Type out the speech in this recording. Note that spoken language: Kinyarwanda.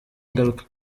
ingaruka